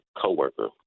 coworker